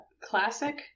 classic